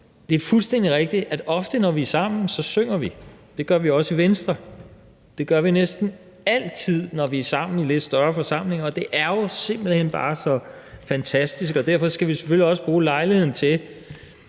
Det er fuldstændig rigtigt, at ofte, når vi er sammen, synger vi. Det gør vi også i Venstre. Det gør vi næsten altid, når vi er sammen i lidt større forsamlinger, og det er jo simpelt hen bare så fantastisk. Derfor skal vi selvfølgelig også bruge lejligheden til